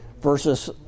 versus